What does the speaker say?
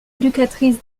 éducatrice